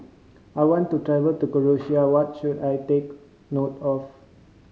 I want to travel to Croatia what should I take note of